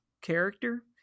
character